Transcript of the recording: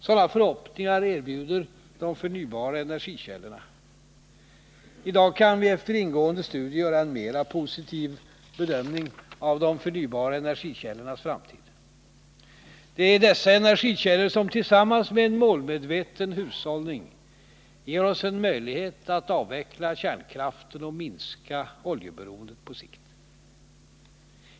Sådana förhoppningar erbjuder de förnybara energikällorna. I dag kan vi, efter ingående studier, göra en mera positiv bedömning av de förnybara energikällornas framtid. Det är dessa energikällor som, tillsammans med en målmedveten hushållning, ger oss en möjlighet att avveckla kärnkraften och minska oljeberoendet på sikt.